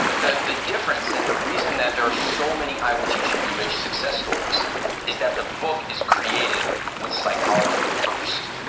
the the difference and the reason that there are so many i will teach you to be rich success stories is that the book is created with psychology first.